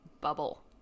bubble